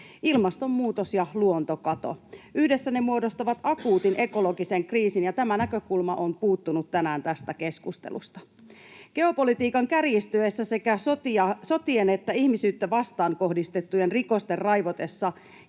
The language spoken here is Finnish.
ilmastonmuutos ja luontokato. Yhdessä ne muodostavat akuutin ekologisen kriisin, ja tämä näkökulma on puuttunut tänään tästä keskustelusta. Geopolitiikan kärjistyessä sekä sotien ja ihmisyyttä vastaan kohdistettujen rikosten raivotessa